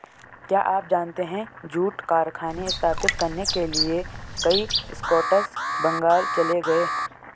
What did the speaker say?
क्या आप जानते है जूट कारखाने स्थापित करने के लिए कई स्कॉट्स बंगाल चले गए?